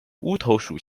乌头属